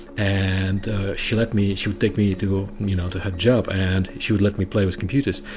and she let me, she would take me to you know to her job and she would let me play with computers.